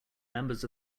members